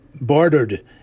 bartered